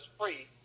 free